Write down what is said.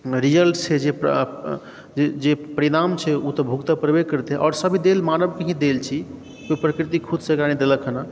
result छै जे परिणाम छै ओ तऽ भुगते परबे करतै आओर सभ देल मानवके ही देल छी कियो प्रकृति खुदसे एक़रा देलक हँ न